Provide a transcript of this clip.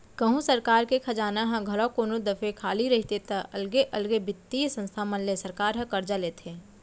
कहूँ सरकार के खजाना ह घलौ कोनो दफे खाली रहिथे ता अलगे अलगे बित्तीय संस्था मन ले सरकार ह करजा लेथे